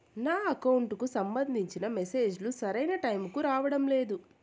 నా అకౌంట్ కు సంబంధించిన మెసేజ్ లు సరైన టైము కి రావడం లేదు